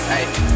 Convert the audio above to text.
Hey